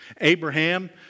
Abraham